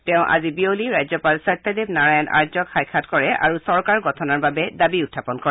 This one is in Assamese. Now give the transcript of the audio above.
তেওঁ আজি বিয়লি ৰাজ্যপাল সত্যদেৱ নাৰায়ণ আৰ্য্যক সাক্ষাৎ কৰে আৰু চৰকাৰ গঠনৰ বাবে দাবী উখাপন কৰে